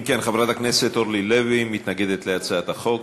אם כן, חברת הכנסת אורלי לוי מתנגדת להצעת החוק.